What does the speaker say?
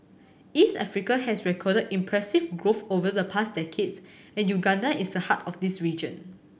East Africa has recorded impressive growth over the past decade and Uganda is at the heart of this region